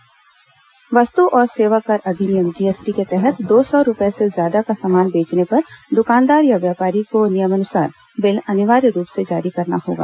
GST bill वस्त् और सेवा कर अधिनियम जीएसटी के तहत दो सौ रूपए से ज्यादा का सामान बेचने पर दकानदार या व्यापारी को नियमानसार बिल अनिवार्य रूप से जारी करना होगा